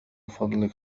فضلك